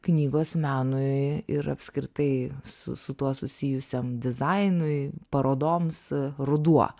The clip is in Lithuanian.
knygos menui ir apskritai su su tuo susijusiam dizainui parodoms ruduo